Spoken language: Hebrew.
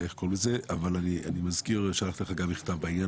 אבל אני מזכיר שלחתי לך גם מכתב בעניין